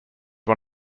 one